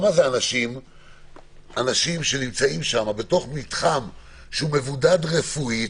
האנשים שנמצאים שם בתוך מתחם שהוא מבודד רפואית,